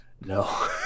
No